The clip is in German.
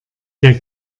der